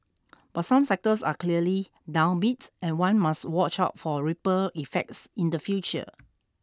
but some sectors are clearly downbeat and one must watch out for ripple effects in the future